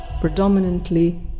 predominantly